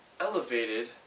elevated